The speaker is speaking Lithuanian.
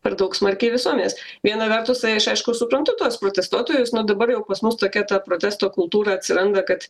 per daug smarkiai visuomenės viena vertus tai aš aišku suprantu tuos protestuotojus na dabar jau pas mus tokia ta protesto kultūra atsiranda kad